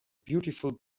beautiful